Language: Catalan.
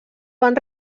van